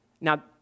Now